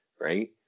right